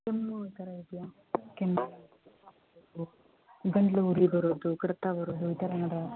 ಕೆಮ್ಮು ಆ ಥರ ಇದೆಯಾ ಕೆಮ್ಮು ಓ ಗಂಟಲು ಉರಿ ಬರೋದು ಕಡಿತ ಬರೋದು ಈ ಥರ ಏನಾದರೂ